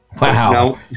Wow